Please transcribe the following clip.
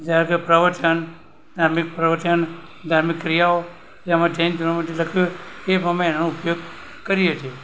જેવા કે પ્રવચન ધાર્મિક પ્રવચન ધાર્મિક ક્રિયાઓ તેમજ જૈન ધર્મમાં લખ્યું છે એ પ્રમાણે એનો ઉપયોગ કરીએ છીએ